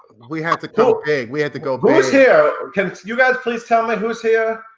we have to go big, we had to go big. whose here, can you guys please tell me who's here?